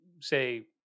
say